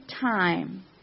time